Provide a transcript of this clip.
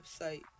website